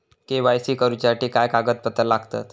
KYC करूच्यासाठी काय कागदपत्रा लागतत?